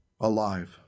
alive